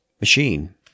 machine